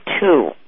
two